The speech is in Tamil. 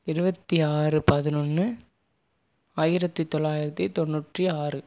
இருபத்தி ஆறு பதினொன்று ஆயிரத்தி தொள்ளாயிரத்தி தொண்ணூற்றி ஆறு